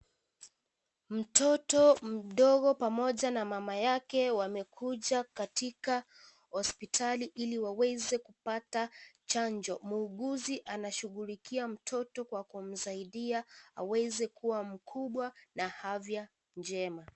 Mtoto mdogo pamoja na mama yake wamekuja katika hospitali ili waweze kupata chanjo. Muuguzi anashughulikia mtoto kwa kumsaidia aweze kuwa mkubwa na afya njema.